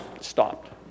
stopped